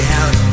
out